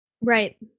Right